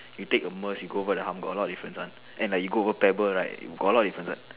you take a Merce you go over the hump got a lot of difference one and like you go over pebble right got a lot of difference one